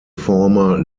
former